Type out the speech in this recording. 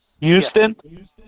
Houston